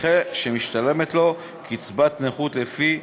נכה שמשתלמת לו קצבת נכות לפי